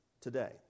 today